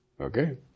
Okay